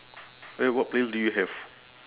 eh what playlist do you have